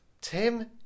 tim